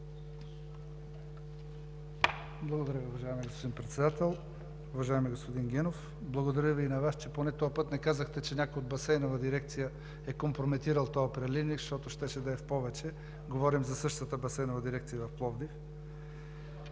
Благодаря Ви, уважаеми господин Председател. Уважаеми господин Генов, благодаря Ви и на Вас, че поне този път не казахте, че някой от Басейнова дирекция е компрометирал този преливник, защото щеше да е в повече. Говорим за същата Басейнова дирекция в Пловдив.